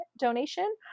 donation